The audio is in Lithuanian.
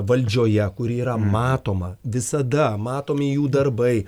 valdžioje kuri yra matoma visada matomi jų darbai